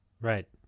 Right